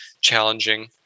challenging